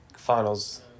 Finals